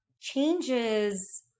changes